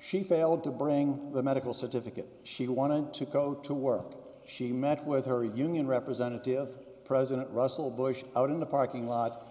she failed to bring the medical certificate she wanted to go to work she met with her union representative president russell busch out in the parking lot